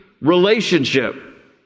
relationship